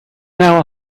now